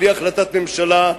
בלי החלטת ממשלה,